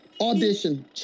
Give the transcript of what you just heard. Audition